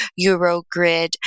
Eurogrid